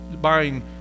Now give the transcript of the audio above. buying